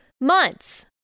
months